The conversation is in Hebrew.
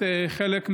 חלק,